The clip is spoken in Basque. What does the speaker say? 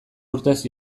urtez